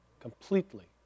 Completely